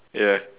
yeah